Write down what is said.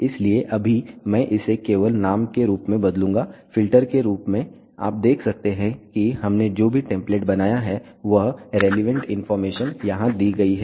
इसलिए अभी मैं इसे केवल नाम के रूप में बदलूंगा फ़िल्टर के रूप में आप देख सकते हैं कि हमने जो भी टेम्पलेट बनाया है वह रेलीवेंट इनफॉरमेशन यहां दी गई है